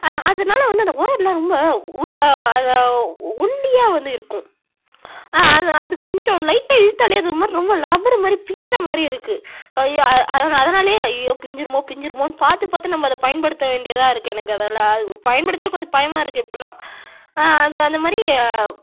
அதனால வந்து அந்த ஒயர்லாம் ரொம்ப உள்ளே ஒல்லியாக வந்து இருக்கும் அது அது கொஞ்சம் லைட்டாக இழுத்தாலே அது ஒருமாதிரி ரொம்ப ரபரு மாதிரி பிய்கிற மாதிரி இருக்கு ஐயோ அதை அதை அதனாலயே ஐயோ பிஞ்சிவிடுமோ பிஞ்சிவிடுமோன்னு பார்த்து பார்த்து நம்ப அதை பயன்படுத்த வேண்டியதாக இருக்கு எனக்கு அதனால் பயன்படுத்தவே கொஞ்சம் பயமாக இருக்கு இப்போல்லாம் அது அந்தமாதிரி